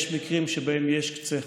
יש מקרים שבהם יש קצה חוט,